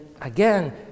again